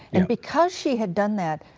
and because she had done that,